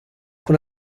con